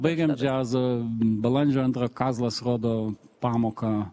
baigiam džiazą balandžio antrą kazlas rodo pamoką